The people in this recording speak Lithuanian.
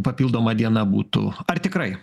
papildoma diena būtų ar tikrai